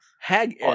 hag